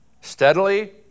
steadily